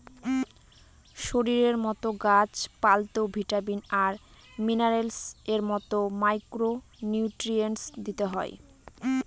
শরীরের মতো গাছ পালতেও ভিটামিন আর মিনারেলস এর মতো মাইক্র নিউট্রিয়েন্টস দিতে হয়